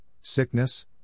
sickness